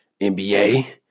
NBA